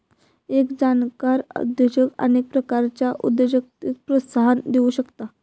एक जाणकार उद्योजक अनेक प्रकारच्या उद्योजकतेक प्रोत्साहन देउ शकता